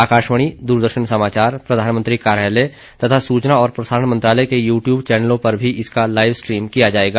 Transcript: आकाशवाणी दूरदर्शन समाचार प्रधानमंत्री कार्यालय तथा सूचना और प्रसारण मंत्रालय के यू टयूब चैनलों पर भी इसका लाइव स्ट्रीम किया जाएगा